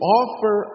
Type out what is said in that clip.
offer